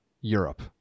Europe